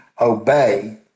obey